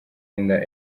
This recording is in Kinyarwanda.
inda